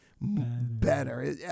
better